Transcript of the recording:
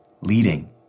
leading